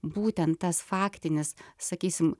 būtent tas faktinis sakysim